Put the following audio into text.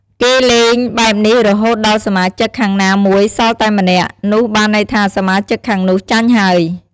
គេលេងបែបនេះរហូតដល់សមាជិកខាងណាមួយសល់តែម្នាក់ នោះបានន័យថាសមាជិកខាងនោះចាញ់ហើយ។